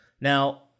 Now